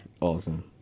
Awesome